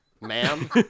ma'am